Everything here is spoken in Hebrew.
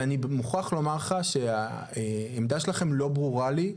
אני מוכרח לומר לך שהעמדה שלכם לא ברורה לי,